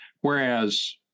Whereas